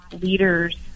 leaders